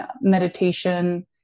meditation